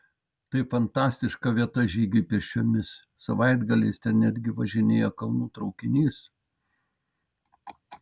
tai fantastiška vieta žygiui pėsčiomis savaitgaliais ten netgi važinėja kalnų traukinys